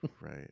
right